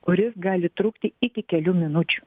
kuris gali trukti iki kelių minučių